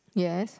yes